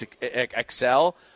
excel